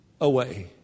away